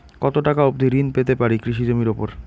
কত টাকা অবধি ঋণ পেতে পারি কৃষি জমির উপর?